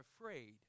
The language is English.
afraid